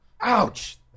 Ouch